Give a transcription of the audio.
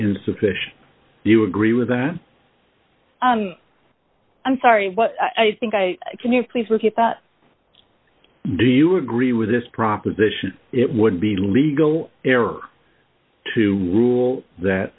insufficient you agree with that i'm sorry but i think i can you please look at that do you agree with this proposition it would be legal error to rule that